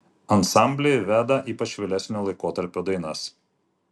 ansamblyje veda ypač vėlesnio laikotarpio dainas